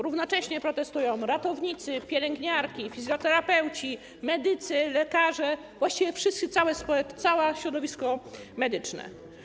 Równocześnie protestują ratownicy, pielęgniarki, fizjoterapeuci, medycy, lekarze, właściwie wszyscy, całe środowisko medyczne.